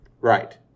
Right